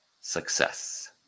success